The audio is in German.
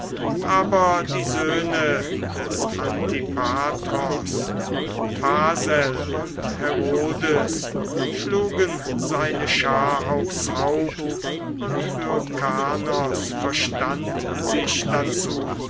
aber die söhne des antipatros phasael und herodes schlugen seine schar aufs haupt und hyrkanos verstand sich dazu